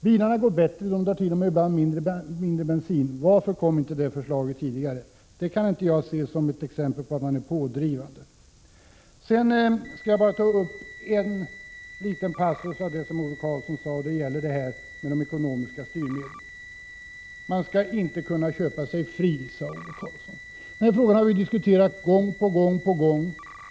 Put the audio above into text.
Bilarna går bättre. De drar ibland till och med mindre bensin. Varför kom inte detta förslag tidigare? I den här frågan kan jag inte se att socialdemokraterna har varit pådrivande. Sedan skall jag bara ta upp en liten passus i det Ove Karlsson sade. Det gäller de ekonomiska styrmedlen. Ove Karlsson anförde att man inte skall kunna köpa sig fri. Den frågan har vi diskuterat gång på gång.